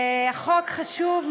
החוק חשוב,